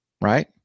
right